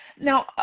Now